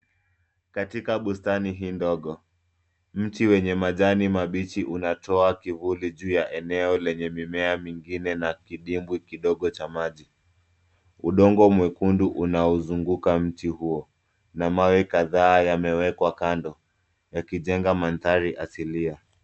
Katika bustani hii ndogo, mti wenye majani mabichi unatoa kivuli juu ya eneo lenye mimea mingine na kidimbwi kidogo cha maji. Udongo mwekundu unauzunguka mti huo na mawe kadhaa yamewekwa kando yakijenga mandhari asilia.